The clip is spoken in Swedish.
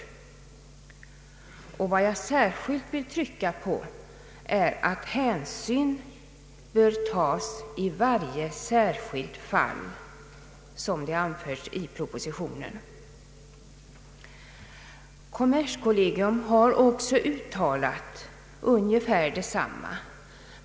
Vad jag speciellt vill trycka på är att hänsyn bör tas i varje särskilt fall, som det anförts i propositionen. Kommerskollegium har också uttalat ungefär detsamma.